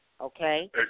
Okay